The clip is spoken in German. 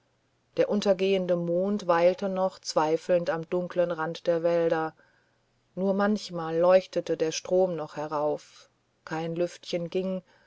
der untergehende mond weilte noch zweifelnd am dunkeln rand der wälder nur manchmal leuchtete der strom noch herauf kein lüftchen ging